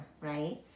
right